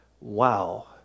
Wow